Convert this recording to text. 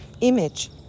image